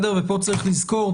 פה צריך לזכור,